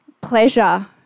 pleasure